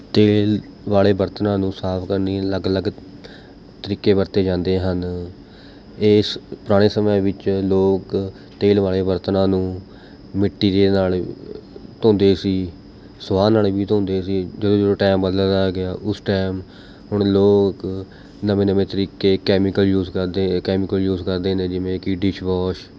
ਤੇਲ ਵਾਲ਼ੇ ਬਰਤਨਾਂ ਨੂੰ ਸਾਫ ਕਰਨੀ ਅਲੱਗ ਅਲੱਗ ਤਰੀਕੇ ਵਰਤੇ ਜਾਂਦੇ ਹਨ ਇਸ ਪੁਰਾਣੇ ਸਮਿਆਂ ਵਿੱਚ ਲੋਕ ਤੇਲ ਵਾਲ਼ੇ ਬਰਤਨਾਂ ਨੂੰ ਮਿੱਟੀ ਦੇ ਨਾਲ਼ ਧੋਂਦੇ ਸੀ ਸਵਾਹ ਨਾਲ਼ ਵੀ ਧੋਂਦੇ ਸੀ ਜਿਉਂ ਜਿਉਂ ਟਾਈਮ ਬਦਲਦਾ ਗਿਆ ਉਸ ਟਾਈਮ ਹੁਣ ਲੋਕ ਨਵੇਂ ਨਵੇਂ ਤਰੀਕੇ ਕੈਮੀਕਲ ਯੂਸ ਕਰਦੇ ਕੈਮੀਕਲ ਯੂਸ ਕਰਦੇ ਨੇ ਜਿਵੇਂ ਕਿ ਡਿਸ਼ਵੋਸ਼